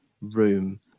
room